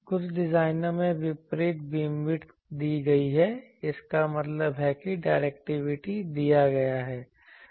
कुछ डिजाइनों में विपरीत बीमविड्थ दी गई है इसका मतलब है कि डायरेक्टिविटी दिया गया है